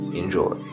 enjoy